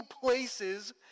places